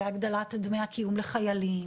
בהגדלת דמי הקיום לחיילים,